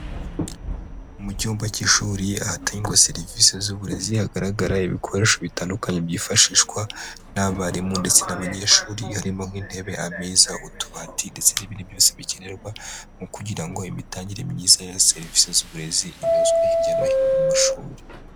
Mu cyumba cy'ishuri hatangwa serivisi z'uburezi, hagaragara ibikoresho bitandukanye byifashishwa n'abarimu ndetse n'abanyeshuri; harimo nk'intebe, ameza, utubati ndetse n'ibindi byose bikenerwa mu kugira ngo imitangire myiza ya serivisi z'uburezi inozwe hirya no hino mu mashuri.